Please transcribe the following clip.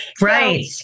Right